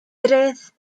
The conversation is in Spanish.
tres